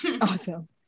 Awesome